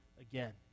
again